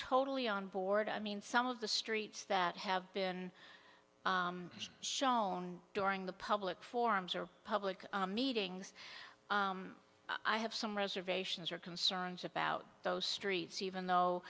totally on board i mean some of the streets that have been shown during the public forms are public meetings i have some reservations or concerns about those streets even though